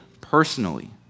personally